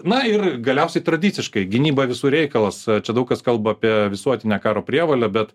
na ir galiausiai tradiciškai gynyba visų reikalas čia daug kas kalba apie visuotinę karo prievolę bet